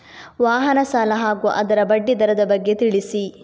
ವಾಹನ ಸಾಲ ಹಾಗೂ ಅದರ ಬಡ್ಡಿ ದರದ ಬಗ್ಗೆ ತಿಳಿಸಿ?